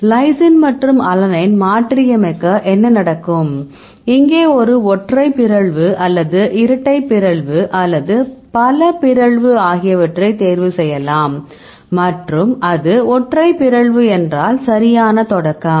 lysine மற்றும் alanine மாற்றியமைக்க என்ன நடக்கும் இங்கே ஒரு ஒற்றை பிறழ்வு அல்லது இரட்டை பிறழ்வு அல்லது பல பிறழ்வு ஆகியவற்றை தேர்வு செய்யலாம் மற்றும் அது ஒற்றை பிறழ்வு என்றால் சரியான தொடக்கம்